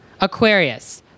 Aquarius